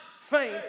faint